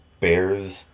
Bears